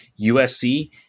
USC